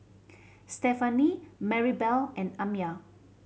Stefani Marybelle and Amya